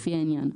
לפי העניין":